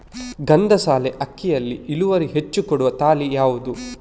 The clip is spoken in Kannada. ಗಂಧಸಾಲೆ ಅಕ್ಕಿಯಲ್ಲಿ ಇಳುವರಿ ಹೆಚ್ಚು ಕೊಡುವ ತಳಿ ಯಾವುದು?